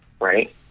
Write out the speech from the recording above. Right